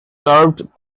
served